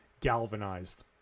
galvanized